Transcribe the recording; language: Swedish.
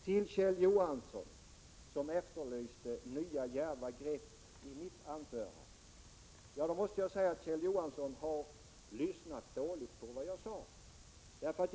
Till Kjell Johansson, som efterlyste nya djärva grepp i mitt anförande, vill jag säga följande. Kjell Johansson har verkligen lyssnat dåligt till vad jag sade.